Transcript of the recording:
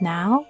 Now